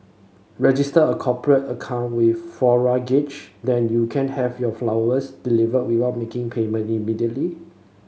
register a cooperate account with Floral Garage then you can have your flowers delivered without making payment immediately